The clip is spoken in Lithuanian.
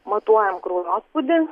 matuojam kraujospūdį